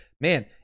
man